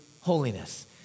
holiness